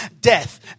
death